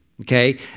Okay